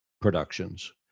productions